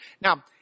Now